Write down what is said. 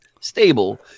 stable